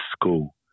school